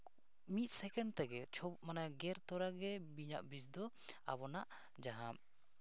ᱢᱤᱫ ᱥᱮᱠᱮᱱᱰ ᱛᱮᱜᱮ ᱢᱟᱱᱮ ᱜᱮᱨ ᱛᱚᱨᱟᱜᱮ ᱵᱤᱧᱟᱜ ᱵᱤᱥ ᱫᱚ ᱟᱵᱚᱱᱟᱜ ᱡᱟᱦᱟᱸ